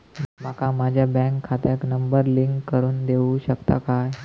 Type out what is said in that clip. माका माझ्या बँक खात्याक नंबर लिंक करून देऊ शकता काय?